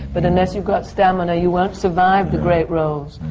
but unless you've got stamina, you won't survive the great roles.